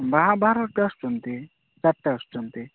ବାହା ବାହାରୁ ତ ଆସୁଛନ୍ତି ଆସୁଛନ୍ତି